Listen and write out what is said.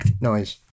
noise